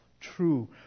true